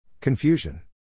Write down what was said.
Confusion